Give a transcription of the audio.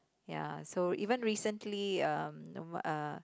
ya so even recently um uh